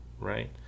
Right